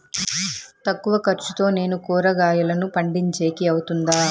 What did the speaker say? తక్కువ ఖర్చుతో నేను కూరగాయలను పండించేకి అవుతుందా?